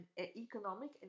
economic